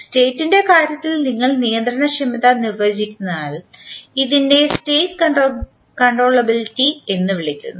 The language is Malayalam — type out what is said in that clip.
സ്റ്റേറ്റ്ൻറെ കാര്യത്തിൽ നിങ്ങൾ നിയന്ത്രണക്ഷമത നിർവചിക്കുന്നതിനാൽ ഇതിനെ സ്റ്റേറ്റ് കൺട്രോളബിലിറ്റി എന്ന് വിളിക്കുന്നു